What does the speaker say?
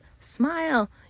smile